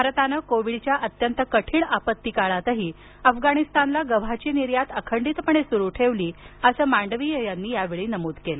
भारतानं कोविडच्या अत्यंत कठीण आपत्तीकालातही अफगाणिस्तानला गड्राची निर्यात अखंडितपणे सुरु ठेवली असं मांडवीय यांनी नमूद केलं